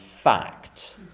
fact